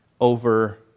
over